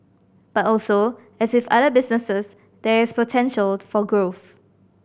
but also as with other businesses there is potential for growth